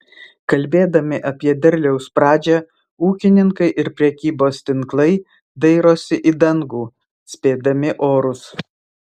kalbėdami apie derliaus pradžią ūkininkai ir prekybos tinklai dairosi į dangų spėdami orus